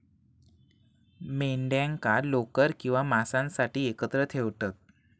मेंढ्यांका लोकर किंवा मांसासाठी एकत्र ठेवतत